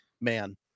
man